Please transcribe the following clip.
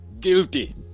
Guilty